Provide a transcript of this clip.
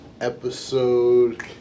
episode